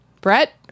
Brett